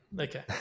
Okay